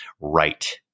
right